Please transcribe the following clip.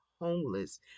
homeless